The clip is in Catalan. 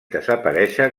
desaparéixer